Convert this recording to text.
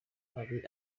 ari